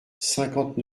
cinquante